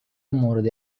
مورد